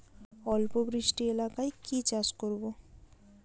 অল্প বৃষ্টি এলাকায় কি চাষ করব?